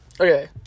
Okay